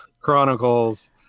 Chronicles